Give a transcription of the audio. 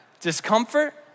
discomfort